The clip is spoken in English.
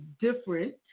different